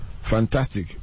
Fantastic